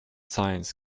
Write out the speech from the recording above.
science